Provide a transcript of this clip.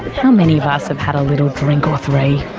how many of us have had a little drink or three?